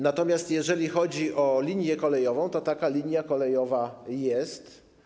Natomiast jeżeli chodzi o linię kolejową, to linia kolejowa jest.